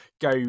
go